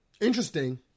Interesting